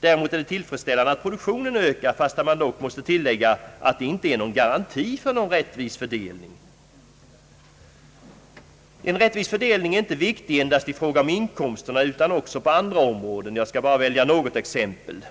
Däremot är det tillfredsställande att produktionen ökat, fastän man dock måste tillägga att det inte är någon garanti för en rättvisare fördelning. En rättvis fördelning är viktig inte endast i fråga om själva inkomsterna utan även på andra områden. Jag skall här bara välja något exempel.